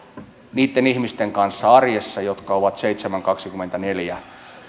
niitten ihmisten kanssa jotka ovat seitsemän kautta kahdessakymmenessäneljässä